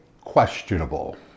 questionable